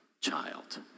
child